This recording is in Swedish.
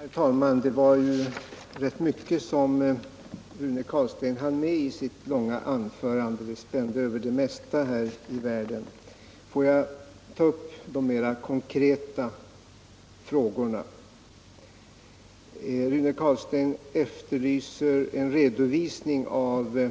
Herr talman! Det var rätt mycket som Rune Carlstein hann med i sitt långa anförande, som spände över det mesta här i världen. Jag vill ta upp de mera konkreta frågorna. Rune Carlstein efterlyser en redovisning av